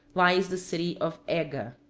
lies the city of ega.